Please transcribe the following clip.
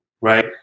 right